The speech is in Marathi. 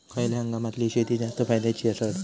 खयल्या हंगामातली शेती जास्त फायद्याची ठरता?